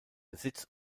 besitz